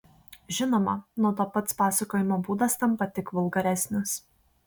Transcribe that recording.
žinoma nuo to pats pasakojimo būdas tampa tik vulgaresnis